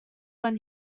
when